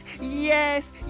Yes